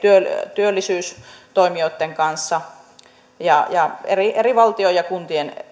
työllisyystoimijoitten ja ja valtion ja kuntien